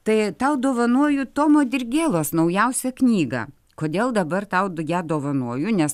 tai tau dovanoju tomo dirgėlos naujausią knygą kodėl dabar tau ją dovanoju nes